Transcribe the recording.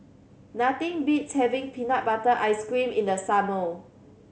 nothing beats having peanut butter jelly ice cream in the summer